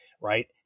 right